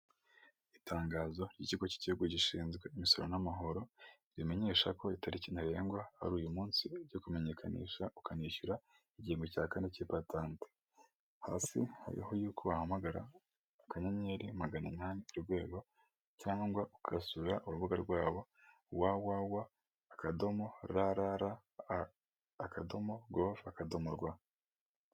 Itangazo ry'ikigo k'igihugu gishinzwe imisoro n'amahoro rimenyesha ko itariki ntarengwa ari uyu munsi yo kumenyekanisha ukanishyura igihembwe cya kane k'ipatante, hasi hariho yuko wahamagara akanyenyeri magana inani urwego, cyangwa ugasura urubuga rwabo wa wa wa akadomo rara a akadomo govu akadomo rawa.